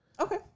Okay